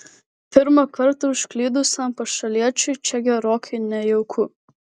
pirmą kartą užklydusiam pašaliečiui čia gerokai nejauku